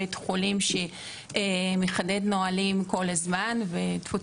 לנו בית חולים שמחדד נהלים כל הזמן וטפו,